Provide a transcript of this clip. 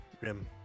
Rim